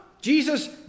jesus